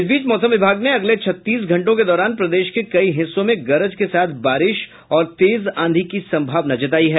इस बीच मौसम विभाग ने अगले छत्तीस घंटों के दौरान प्रदेश के कई हिस्सों में गरज के साथ बारिश और तेज आंधी की संभावना जतायी है